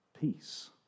peace